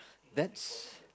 that's